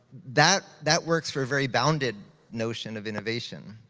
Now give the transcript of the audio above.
that that works for a very bounded notion of innovation.